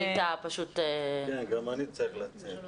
גם אני צריך לצאת.